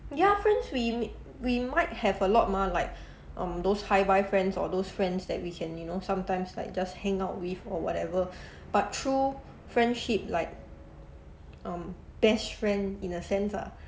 ya friends we we might have a lot mah like um those hi bye friends or those friends that we can you know sometimes like just hang out with or whatever but true friendship like um best friend in a sense lah